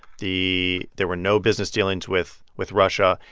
the there were no business dealings with with russia.